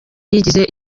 yigize